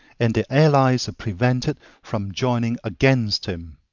and their allies are prevented from joining against him.